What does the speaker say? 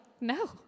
no